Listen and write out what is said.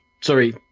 sorry